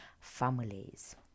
families